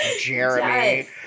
Jeremy